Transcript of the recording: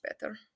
better